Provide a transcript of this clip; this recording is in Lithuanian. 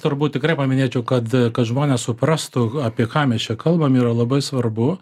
turbūt tikrai paminėčiau kad kad žmonės suprastų apie ką mes čia kalbam yra labai svarbu